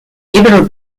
either